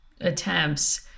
attempts